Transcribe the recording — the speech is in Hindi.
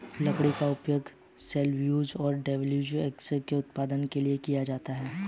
लकड़ी का उपयोग सेल्यूलोज और डेरिवेटिव एसीटेट के उत्पादन के लिए भी किया जाता है